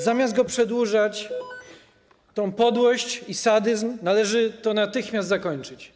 Zamiast przedłużać tę podłość i ten sadyzm, należy to natychmiast zakończyć.